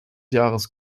jahres